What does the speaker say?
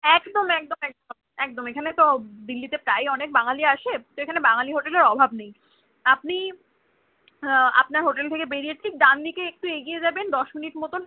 একদম একদম একদম একদম এখানে তো দিল্লিতে প্রায়ই অনেক বাঙালি আসে তো এখানে বাঙালী হোটেলের অভাব নেই আপনি আপনার হোটেল থেকে বেরিয়ে ঠিক ডান দিকে একটু এগিয়ে যাবেন দশ মিনিট মতোন